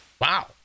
Wow